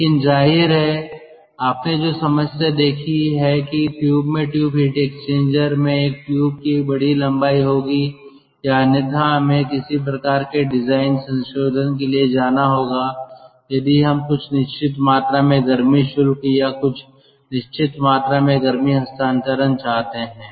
लेकिन जाहिर है आपने जो समस्या देखी है कि ट्यूब में ट्यूब हीट एक्सचेंजर में एक ट्यूब की बड़ी लंबाई होगी या अन्यथा हमें किसी प्रकार के डिजाइन संशोधन के लिए जाना होगा यदि हम कुछ निश्चित मात्रा में गर्मी शुल्क या कुछ निश्चित मात्रा में गर्मी हस्तांतरण चाहते हैं